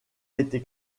été